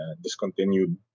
discontinued